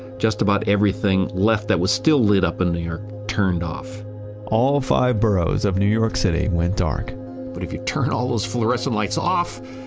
just about everything left that was still lit up in new york, turned off all five boroughs of new york city went dark but if you turn all those fluorescent lights off,